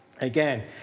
Again